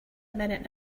minute